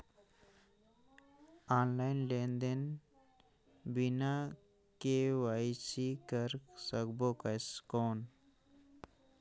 Online लेनदेन बिना KYC कर सकबो कौन??